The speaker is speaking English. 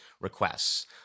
requests—